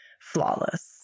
flawless